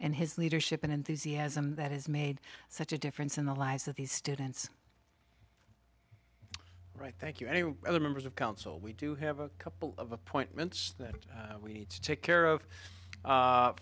and his leadership and enthusiasm that has made such a difference in the lives of these students right thank you any other members of council we do have a couple of appointments that we need to take care of